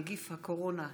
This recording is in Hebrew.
נגיף הקורונה החדש)